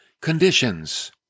conditions